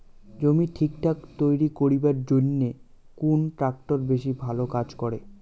জমি ঠিকঠাক তৈরি করিবার জইন্যে কুন ট্রাক্টর বেশি ভালো কাজ করে?